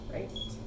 Right